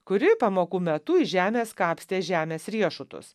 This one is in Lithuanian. kuri pamokų metu iš žemės kapstė žemės riešutus